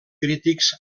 crítics